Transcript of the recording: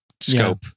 scope